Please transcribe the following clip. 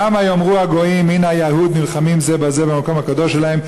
למה יאמרו הגויים: הנה היאהוד נלחמים זה בזה במקום הקדוש שלהם?